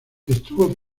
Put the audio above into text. estuvo